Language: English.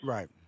Right